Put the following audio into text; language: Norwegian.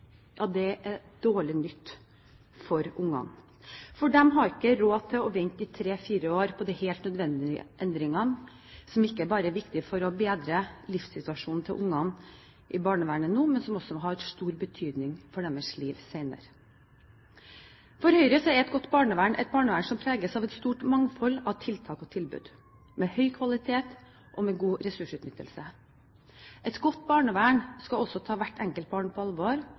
er dårlig nytt for barna. De har ikke råd til å vente i tre–fire år på helt nødvendige endringer, som ikke bare er viktig for å bedre livssituasjonen til barna i barnevernet nå, men som også har stor betydning for deres liv senere. For Høyre er et godt barnevern et barnevern som preges av et stort mangfold av tiltak og tilbud, med høy kvalitet og god ressursutnyttelse. Et godt barnevern skal også ta hvert enkelt barn på alvor